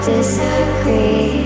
Disagree